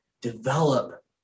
develop